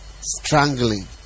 Strangling